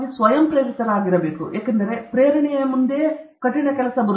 ನೀವು ಸ್ವಯಂ ಪ್ರೇರಿತರಾಗಿರಬೇಕು ಏಕೆಂದರೆ ಪ್ರೇರಣೆ ಮುಂದಿದೆ ಹಾರ್ಡ್ ಕೆಲಸ ಸರಿ